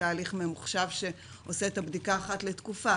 תהליך ממוחשב שעושה את הבדיקה אחת לתקופה,